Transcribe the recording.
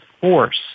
force